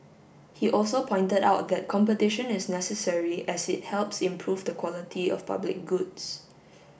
he also pointed out that competition is necessary as it helps improve the quality of public goods